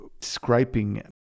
scraping